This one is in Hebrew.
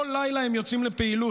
כל לילה הם יוצאים לפעילות.